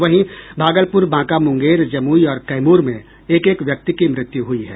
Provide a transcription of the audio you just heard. वहीं भागलपुर बांका मुंगेर जमुई और कैमूर में एक एक व्यक्ति की मृत्यु हुई है